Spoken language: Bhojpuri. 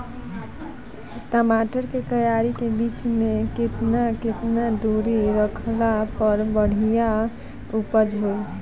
टमाटर के क्यारी के बीच मे केतना केतना दूरी रखला पर बढ़िया उपज होई?